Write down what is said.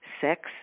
sex